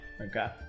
Okay